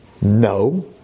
no